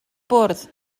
bwrdd